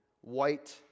white